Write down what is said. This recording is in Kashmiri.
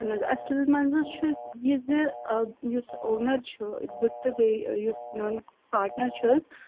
اَہَن حظ اَصٕل مَنٛز حظ چھُ یہِ زِ یُس اونَر چھُ بہٕ تہٕ بیٚیہِ یُس میٛون پارٹنَر چھُ حظ